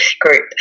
group